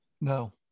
No